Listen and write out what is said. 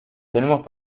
tenemos